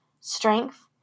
Strength